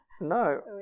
No